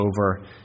over